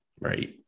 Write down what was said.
Right